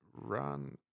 run